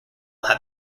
have